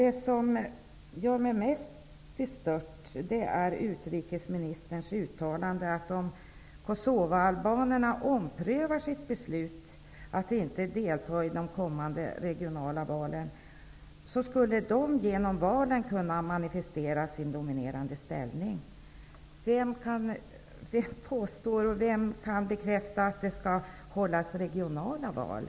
Det som gör mig mest bestört är utrikesministerns uttalande, att om kosovaalbanerna omprövar sitt beslut att inte delta i de kommande regionala valen skulle de genom valen kunna manifestera sin dominerande ställning. Vem påstår och kan bekräfta att det skall hållas regionala val?